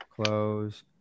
close